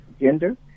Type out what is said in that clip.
gender